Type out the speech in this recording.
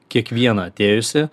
kiekvieną atėjusį